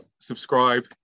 subscribe